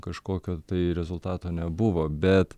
kažkokio tai rezultato nebuvo bet